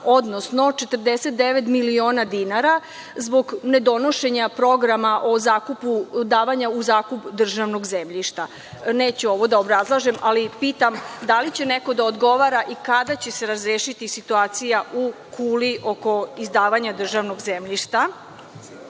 odnosno 49 miliona dinara, zbog ne donošenja programa davanja u zakup državnog zemljišta. Neću ovo da obrazlažem, ali pitam da li će neko da odgovara i kada će se razrešiti situacija u Kuli oko izdavanja državnog zemljišta? Drugo